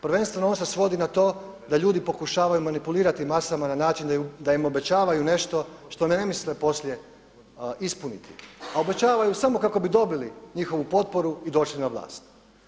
Prvenstveno on se svodi na to da ljudi pokušavaju manipulirati masama na način da im obećavaju nešto što ne misle poslije ispuniti, a obećavaju samo kako bi dobili njihovu potporu i došli na vlast.